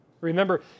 remember